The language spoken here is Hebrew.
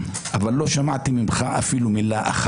יש לי הסבר לכל הנתונים האלה.